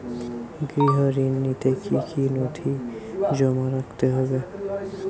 গৃহ ঋণ নিতে কি কি নথি জমা রাখতে হবে?